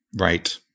Right